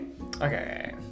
okay